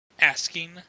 asking